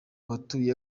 batuye